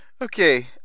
Okay